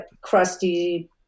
crusty